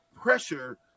pressure